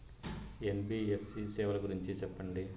NBFC సేవల గురించి సెప్పండి?